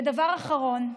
ודבר אחרון,